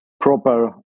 proper